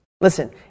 Listen